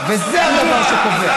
וזה הדבר שקובע.